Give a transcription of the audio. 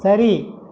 சரி